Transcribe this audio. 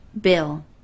bill